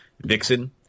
vixen